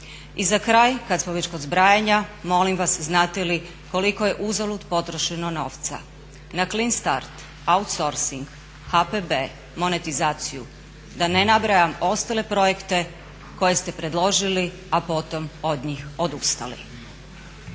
I za kraj, kad smo već kod zbrajanja, molim vas znate li koliko je uzalud potrošeno novca na clin start, outsourcing, HPB, monetizaciju, da ne nabrajam ostale projekte koje ste predložili a potom od njih odustali.